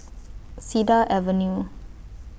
Cedar Avenue